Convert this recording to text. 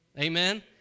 Amen